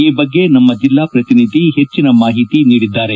ಈ ಬಗ್ಗೆ ನಮ್ಮ ಜೆಲ್ಲಾ ಪ್ರತಿನಿಧಿ ಹೆಚ್ಚಿನ ಮಾಹಿತಿ ನೀಡಿದ್ದಾರೆ